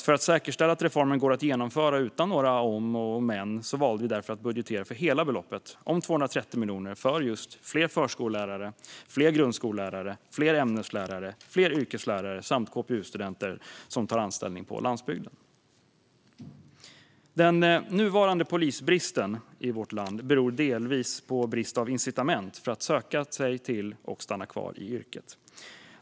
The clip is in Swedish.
För att säkerställa att reformen går att genomföra utan några om och men valde vi därför att budgetera för hela beloppet om 230 miljoner för fler förskollärare, fler grundskollärare, fler ämneslärare, fler yrkeslärare samt KPU-studenter som tar anställning på landsbygden. Den nuvarande polisbristen i vårt land beror delvis på brist på incitament för att söka sig till och stanna kvar i yrket.